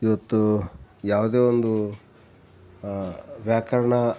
ಇವತ್ತು ಯಾವುದೇ ಒಂದು ವ್ಯಾಕರಣ